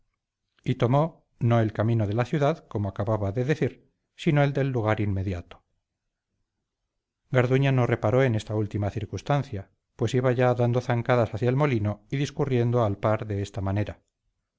y tomó no el camino de la ciudad como acababa de decir sino el del lugar inmediato garduña no reparó en esta última circunstancia pues iba ya dando zancajadas hacia el molino y discurriendo al par de esta manera